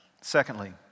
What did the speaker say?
Secondly